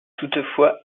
toutefois